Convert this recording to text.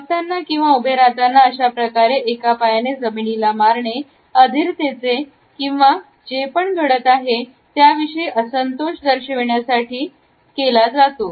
बसताना किंवा उभे राहताना अशाप्रकारे एका पायाने जमिनीला मारणे अधीर तेचे किंवा जे पण काही घडत आहे त्याविषयी असंतोष दर्शविण्यासाठी केला जातो